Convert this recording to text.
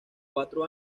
cuatro